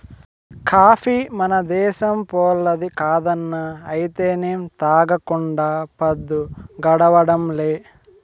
coffee మన దేశంపోల్లది కాదన్నా అయితేనేం తాగకుండా పద్దు గడవడంలే